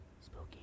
Spooky